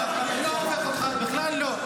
לא, אני לא הופך אותך, בכלל לא.